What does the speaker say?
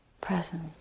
present